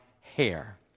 hair